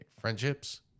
friendships